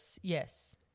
Yes